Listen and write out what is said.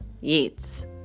Yeats